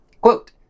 Quote